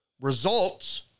results